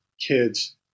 kids